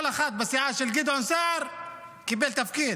כל אחד בסיעה של גדעון סער קיבל תפקיד.